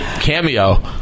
cameo